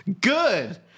Good